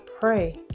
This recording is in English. pray